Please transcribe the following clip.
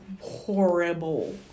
horrible